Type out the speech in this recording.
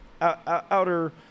outer